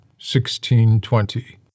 1620